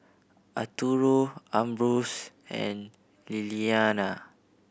Arturo Ambrose and Lillianna